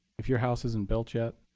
if your house isn't built yet,